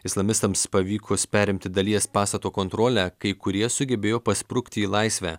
islamistams pavykus perimti dalies pastato kontrolę kai kurie sugebėjo pasprukti į laisvę